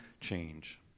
change